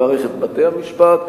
ממערכת בתי-המשפט,